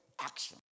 action